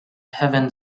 heaven